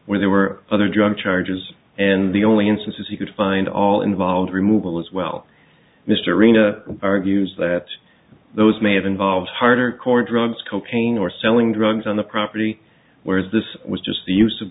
where there were other drug charges and the only instances he could find all involved removal as well mr arena argues that those may have involved hard core drugs cocaine or selling drugs on the property whereas this was just the use of